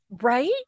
Right